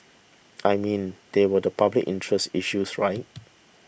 I mean these were the public interest issues right